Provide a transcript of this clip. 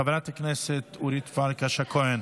חברת הכנסת אורית פרקש הכהן.